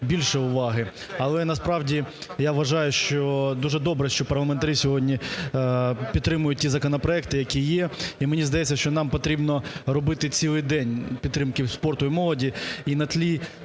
більше уваги. Але, насправді, я вважаю, що дуже добре, що парламентарі сьогодні підтримують ті законопроекти, які є. І, мені здається, що нам потрібно робити цілий день підтримки спорту і молоді.